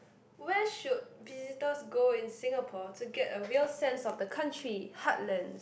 where should visitors go in Singapore to get a real sense of the country heartlands